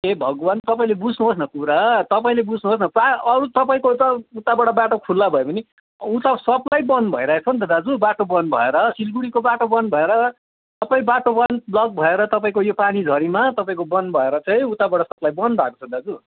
हे भगवान तपाईँले बुझ्नुहोस् कुरा तपाईँले बुझ्नुहोस् न प्रायः अरू तपाईँको त उताबाट बाटो खुल्ला भयो भनी उता सप्लाई बन्द भइरहे छ नि त दाजु बाटो बन्द भएर सिलगढीको बाटो बन्द भएर सबै बाटो वान ब्लक भएर तपाईँको यो पानीझरीमा तपाईँको बन्द भएर चाहिँ उताबाट सप्लाई बन्द भएको छ दाजु